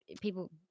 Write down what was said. people